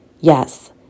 Yes